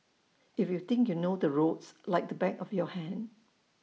if you think you know the roads like the back of your hand